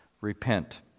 Repent